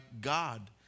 God